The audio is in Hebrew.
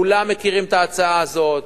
כולם מכירים את ההצעה הזאת,